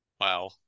Wow